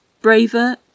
braver